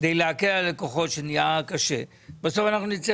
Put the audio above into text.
כדי להקל על הלקוחות ובסוף אנחנו נצא